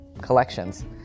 collections